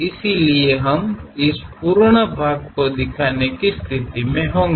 इसलिए हम इस पूर्ण भाग को देखने की स्थिति में होंगे